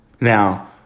Now